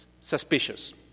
suspicious